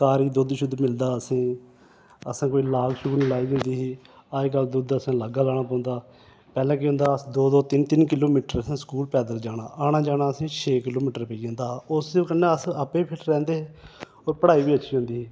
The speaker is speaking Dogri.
घर गै दुद्ध शुद्द मिलदा हा असें ई असें कोई लाग लूग नेईं ही लाई दी होंदी ही अजकल असें दुद्ध लागा लाना पौंदा पैह्लें केह् होंदा हा अस दो दो तिन्न तिन्न किलोमीटर असें स्कूल पैदल जाना औना जाना असें गी छे किलोमीटर पेई जंदा हा उस कन्नै अस आपूं फिट्ट रौंह्दे हे होर पढ़ाई बी अच्छी होंदी ही